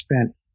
spent